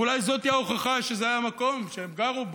ואולי זאת ההוכחה שזה היה מקום שהם גרו בו,